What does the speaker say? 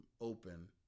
open